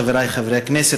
חבריי חברי הכנסת,